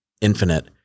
infinite